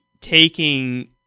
taking